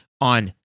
On